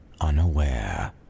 Unaware